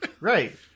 Right